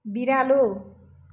बिरालो